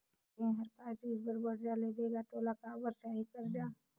ते हर का चीच बर बरजा लेबे गा तोला काबर चाही करजा